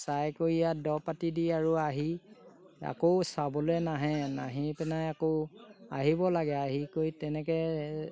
চাই কৰি ইয়াত দৰব পাতি দি আৰু আহি আকৌ চাবলৈ নাহে নাহি পেনাই আকৌ আহিব লাগে আহি কৰি তেনেকৈ